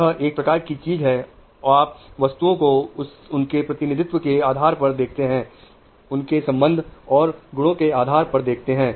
यह एक प्रकार की चीज है आप वस्तुओं को उनके प्रतिनिधित्व के आधार पर देखते हैं उनके संबंध और गुणों के आधार पर देखते हैं